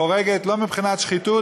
כמו שיש מבקר המשרד שבודק שחיתויות,